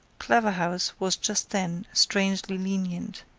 claverhouse was just then strangely lenient.